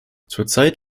zurzeit